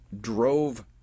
drove